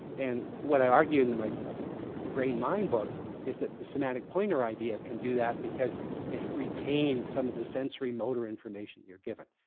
and what i argue in my brain-mind book is that the semantic pointer idea can do that, because it retains some of the sensory motor information you're given.